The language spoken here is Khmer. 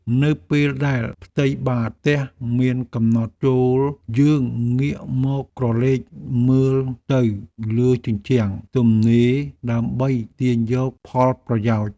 នៅពេលដែលផ្ទៃបាតផ្ទះមានកំណត់ចូរយើងងាកមកក្រឡេកមើលទៅលើជញ្ជាំងទំនេរដើម្បីទាញយកផលប្រយោជន៍។